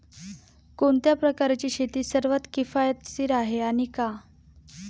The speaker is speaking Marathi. कोणत्या प्रकारची शेती सर्वात किफायतशीर आहे आणि का?